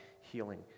healing